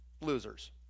losers